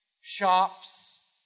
shops